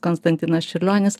konstantinas čiurlionis